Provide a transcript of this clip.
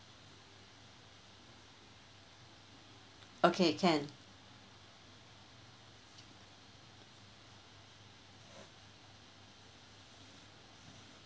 okay can